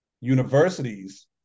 universities